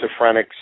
Schizophrenics